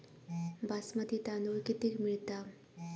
बासमती तांदूळ कितीक मिळता?